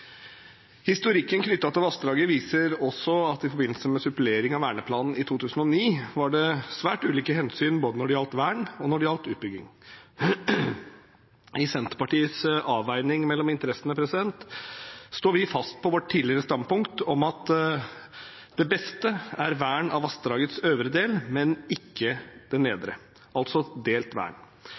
Historikken knyttet til vassdraget viser også at det i forbindelse med supplering av verneplanen i 2009 var svært ulike hensyn når det gjaldt både vern og utbygging. I Senterpartiets avveining mellom interessene står vi fast på vårt tidligere standpunkt om at det beste er vern av vassdragets øvre del, men ikke det nedre – altså delt vern